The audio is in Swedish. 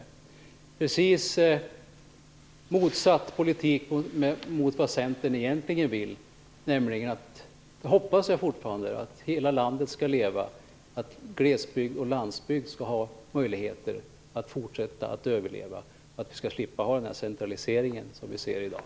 Det är precis motsatt politik i förhållande till vad Centern - fortfarande, hoppas jag - egentligen vill, nämligen att hela landet skall leva, att glesbygd och landsbygd skall ha möjligheter att fortsätta överleva och att vi skall slippa den centralisering som vi ser i dag.